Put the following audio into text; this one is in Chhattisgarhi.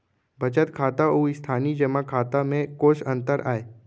बचत खाता अऊ स्थानीय जेमा खाता में कोस अंतर आय?